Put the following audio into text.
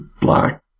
black